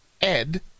ed